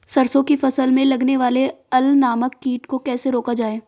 सरसों की फसल में लगने वाले अल नामक कीट को कैसे रोका जाए?